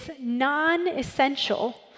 non-essential